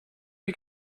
you